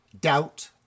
doubt